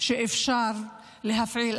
שאפשר להפעיל.